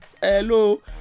Hello